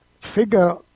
figure